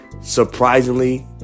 surprisingly